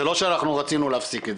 זה לא שאנחנו רצינו להפסיק את זה.